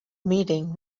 meeting